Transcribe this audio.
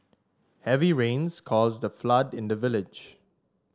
heavy rains caused a flood in the village